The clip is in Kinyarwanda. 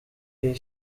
iyi